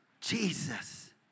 Jesus